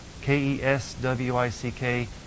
K-E-S-W-I-C-K